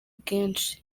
kenshi